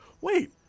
wait